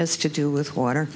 has to do with water